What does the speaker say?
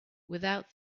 without